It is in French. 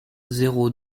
zéro